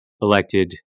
elected